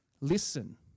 Listen